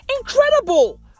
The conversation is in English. incredible